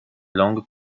langue